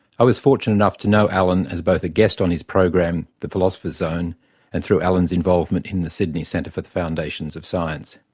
i was fortunate enough to know alan as both a guest his program the philosopher's zone and through alan's involvement in the sydney centre for the foundations of science.